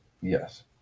Yes